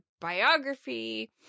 biography